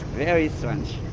very strange.